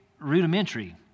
rudimentary